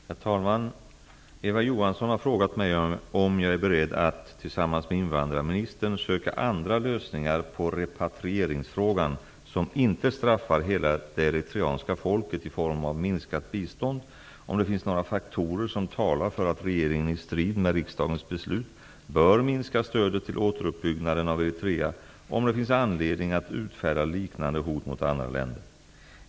Herr talman! Eva Johansson har frågat mig om jag är beredd att, tillsammans med invandrarministern, söka andra lösningar på repatrieringsfrågan som inte straffar hela det eritreanska folket i form av minskat bistånd, om det finns några faktorer som talar för att regeringen i strid med riksdagens beslut bör minska stödet till återuppbyggnaden av Eritrea och om det finns anledning att utfärda liknande hot mot andra länder.